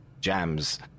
jams